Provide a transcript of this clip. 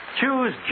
Choose